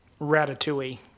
ratatouille